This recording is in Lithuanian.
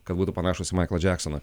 kad būtų panašūs į maiklą džeksoną